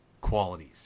qualities